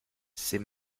ses